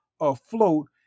afloat